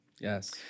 yes